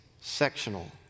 sectional